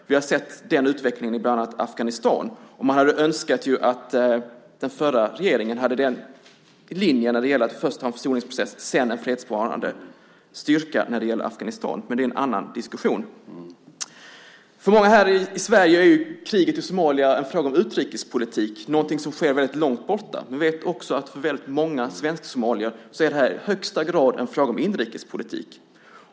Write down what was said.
Vi har sett den utvecklingen i Afghanistan bland annat. Man hade önskat att den förra regeringen hade linjen att först ha en försoningsprocess sedan en fredsbevarande styrka i Afghanistan. Men det är en annan diskussion. För många här i Sverige är kriget i Somalia en fråga om utrikespolitik. Det är något som sker väldigt långt borta. Vi vet också att det för många svensk-somalier i högsta grad är en fråga om inrikespolitik.